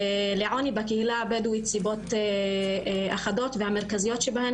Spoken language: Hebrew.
לעוני בקהילה הבדואית סיבות אחדות והמרכזיות שבהן